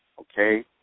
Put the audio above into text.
okay